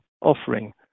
offering